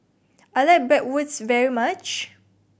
I like Bratwurst very much